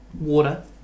water